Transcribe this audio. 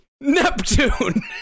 Neptune